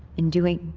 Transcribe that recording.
in doing.